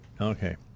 Okay